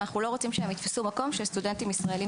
ואנחנו לא רוצים שהם יתפסו מקום של סטודנטים ישראלים